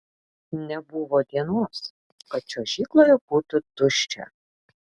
nebuvo dienos kad čiuožykloje būtų tuščia